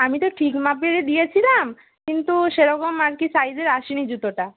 আমি তো ঠিক মাপেরই দিয়েছিলাম কিন্তু সেরকম আর কি সাইজের আসে নি জুতোটা